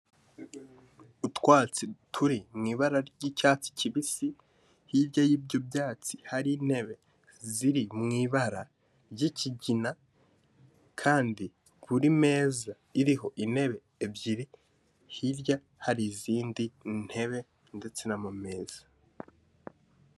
Utwatsi turi mu ibara ry'icyatsi kibisi, hirya y'ibyo byatsi hari intebe ziri mu ibara ry'ikigina, kandi buri meza iriho intebe ebyiri, hirya hari izindi ntebe ndetse n'amameza.